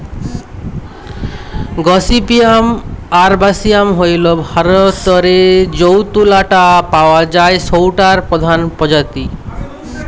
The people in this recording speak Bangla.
গসিপিয়াম আরবাসিয়াম হইল ভারতরে যৌ তুলা টা পাওয়া যায় সৌটার প্রধান প্রজাতি